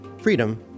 Freedom